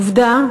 עובדה,